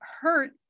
hurt